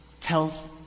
tells